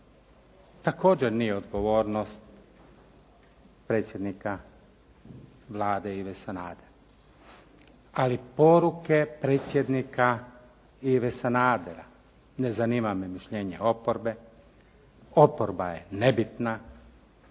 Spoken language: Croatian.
također nije odgovornost predsjednika Vlade Ive Sanadera. Ali poruke predsjednika Ive Sanadera ne zanima mišljenje oporbe, oporba je nebitna,